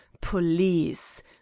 Police